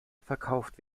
verkauft